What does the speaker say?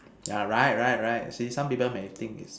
yeah right right right see some people may think is